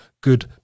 good